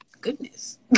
goodness